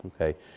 okay